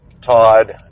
Todd